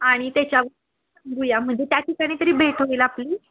आणि त्याच्या म्हणजे त्या ठिकाणी तरी भेट होईल आपली